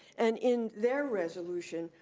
and in their resolution,